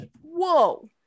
whoa